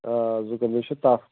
آ زُکام بیٚیہِ چھُ تَپھ